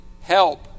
Help